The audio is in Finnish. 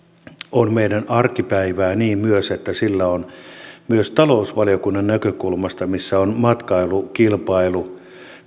on meidän arkipäivää niin myös se että sillä on vaikutuksia myös talousvaliokunnan näkökulmasta missä on matkailu kilpailu